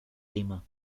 lima